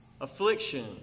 Affliction